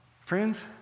friends